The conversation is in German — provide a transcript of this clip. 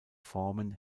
formen